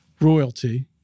royalty